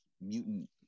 mutant